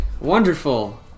wonderful